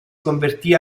convertì